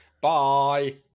Bye